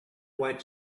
white